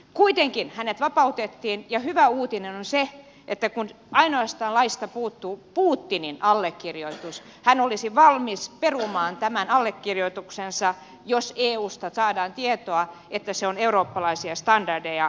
kuitenkin hänet vapautettiin ja hyvä uutinen on se että kun laista puuttuu ainoastaan putinin allekirjoitus hän olisi valmis perumaan tämän allekirjoituksensa jos eusta saadaan tietoa että se on eurooppalaisia standardeja vastaan